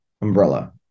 umbrella